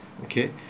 Okay